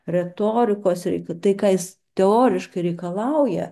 retorikos reikia tai kas teoriškai reikalauja